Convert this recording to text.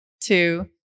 two